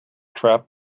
trap